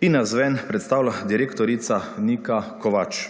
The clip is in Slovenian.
in navzven predstavlja direktorica Nika Kovač.